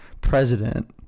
president